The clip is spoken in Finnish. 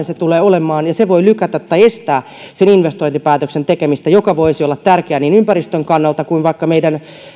se tulee olemaan ja se voi lykätä tai estää sen investointipäätöksen tekemistä joka voisi olla tärkeä niin ympäristön kannalta kuin vaikka meidän